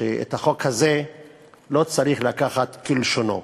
שאת החוק הזה לא צריך לקחת כלשונו,